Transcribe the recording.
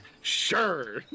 Sure